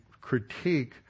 critique